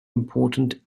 important